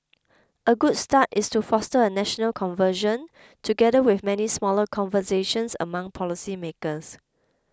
a good start is to foster a national conversion together with many smaller conversations among policy makers